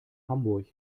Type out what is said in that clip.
hamburg